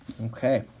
Okay